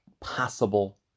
possible